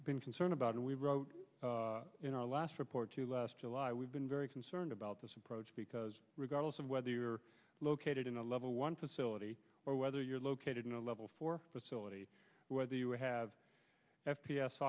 been concerned about and we wrote in our last report to last july we've been very concerned about this approach because regardless of whether you're located in a level one facility or whether you're located in a level four facility whether you have